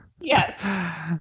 yes